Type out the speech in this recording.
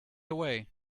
away